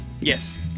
Yes